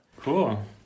Cool